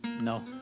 No